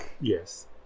Yes